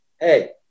Hey